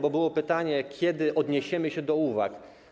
Było pytanie, kiedy odniesiemy się do uwag.